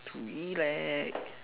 to relax